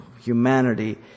humanity